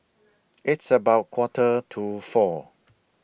its about Quarter to four